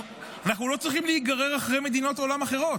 אנחנו לא צריכים להיגרר אחרי מדינות עולם אחרות.